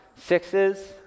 Sixes